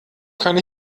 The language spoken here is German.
kann